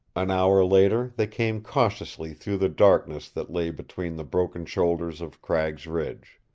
an hour later they came cautiously through the darkness that lay between the broken shoulders of cragg's ridge.